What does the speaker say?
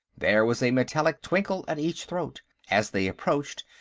there was a metallic twinkle at each throat as they approached,